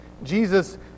Jesus